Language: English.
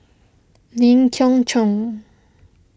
Lee Khoon Choy